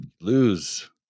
lose